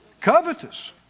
Covetous